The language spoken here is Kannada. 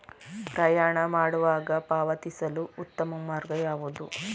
ಪ್ರಯಾಣ ಮಾಡುವಾಗ ಪಾವತಿಸಲು ಉತ್ತಮ ಮಾರ್ಗ ಯಾವುದು?